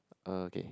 uh okay